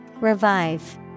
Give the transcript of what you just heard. Revive